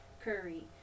Curry